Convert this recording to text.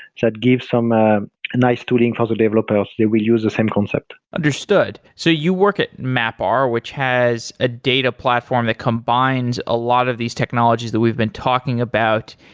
that gives from a nice tooling for the developer they will use the same concept understood. so you work at mapr, which has a data platform that combines a lot of these technologies that we've been talking about.